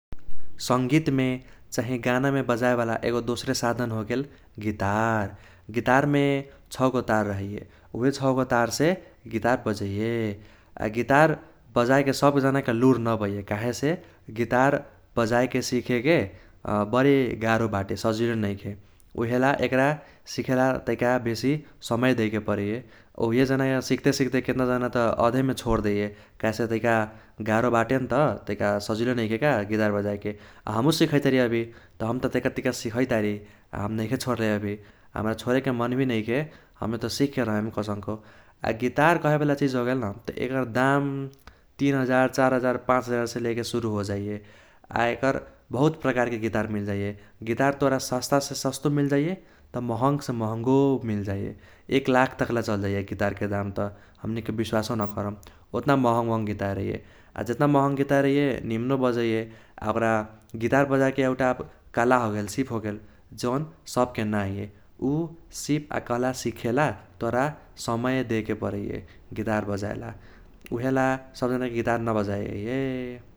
सङ्गीतमे चाहे गानामे बजाए वाला एगो दोसरे साधन होगेल गितार। गितारमे छगो तार रहैये। उहे छगो तारसे गितार बजैये। आ गितार बजाएके सबजनाके लुर नअबैये काहेसे गितार बजाएके सीखेके बरी गारो बाटे सजिलो नैखे। ऊहेला एक्रा सीखेला तैका बेसी समय दैके परैये। सीख्ते सीख्ते केत्ना जना त आधामे छोडदैये काहेसे तैका गारो बाटे न त तैका सजिलो नैखेका गितार बजाएके। आ हमु सीखैतारी अभी त हम त तैका तैका सीखैतारी। हम नैखे छोडले अभी। हम्रा छोडेके मन भी नैखे। हमे त सीखके रहेम कैसनको। आ गितार कहैवाला चीज होगेल न त एकर दाम तीन हजार, चार हजार, पाँच हजारसे लैके सुरु होजैये। आ एकर बहुत प्रकारके गितार मिलजैये। गितार तोरा सस्ता से सस्तो मिलजैये त महँग से महंगों मिलजैये। एक लाख तक चैल जैये गितारके दाम त। हमनिके बिश्वाशो नकरम ओतना महँग महँग गितार अैये। आ जेतना महँग गितार रहैये निमनो बजैये। आ ओक्रा गितार बजैके एउटा कला होगेल, सीप होगेल, जोन सबके न अैये। ऊ सीप आ कला सीखेला तोरा समय दैके परैये गितार बजाएला। उहेला सबजना गितार नबजाइये।